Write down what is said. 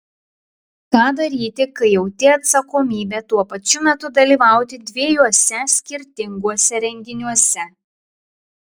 ką daryti kai jauti atsakomybę tuo pačiu metu dalyvauti dviejuose skirtinguose renginiuose